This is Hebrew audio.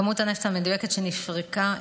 כמות הנפט המדויקת שנפרקה,